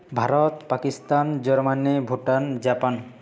Bharat Pakistan Germany Bhutan Japan